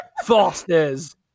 Fosters